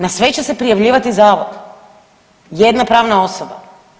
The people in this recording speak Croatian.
Na sve će se prijavljivati zavod, jedna pravna osoba?